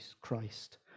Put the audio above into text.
Christ